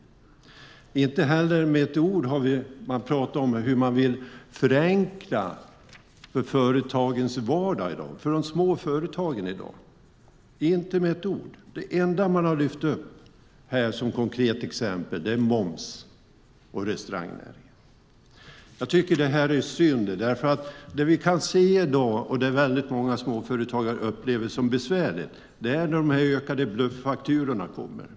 Man har heller inte talat om hur man vill förenkla de små företagens vardag i dag. Man har inte sagt ett ord om det. Det enda som man har lyft upp som konkret exempel är moms och restaurangnäringen. Det är synd. Det vi kan se i dag som väldigt många småföretagare upplever som besvärligt är det ökade antal bluffakturor som kommer.